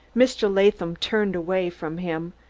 mr. latham turned away from him,